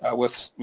ah with.